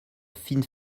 fine